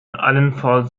allenfalls